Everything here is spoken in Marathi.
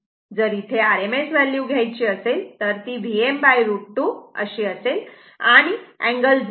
जर इथे RMS व्हॅल्यू घ्यायची असेल तर ती Vm√ 2 अशी असेल आणि अँगल 0 असेल